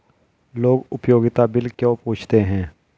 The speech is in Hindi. लोग उपयोगिता बिल क्यों पूछते हैं?